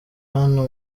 hano